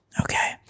okay